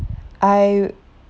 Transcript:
I